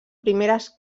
primeres